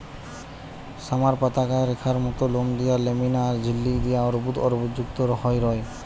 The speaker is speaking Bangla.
সামার পাতাগা রেখার মত লোম দিয়া ল্যামিনা আর ঝিল্লি দিয়া অর্বুদ অর্বুদযুক্ত হই রয়